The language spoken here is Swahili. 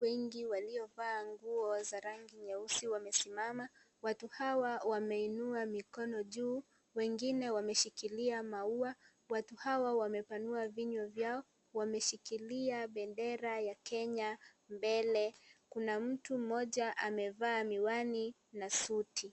Watu wengi waliovaa nguo za rangi nyeusi wamesimama. Watu hawa wameinua mikono juu, wengine wameshikilia maua. Watu hawa wamepanua vinywa vyao, wameshikilia bendera ya Kenya mbele. Kuna mtu mmoja amevaa miwani na suti.